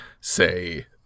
say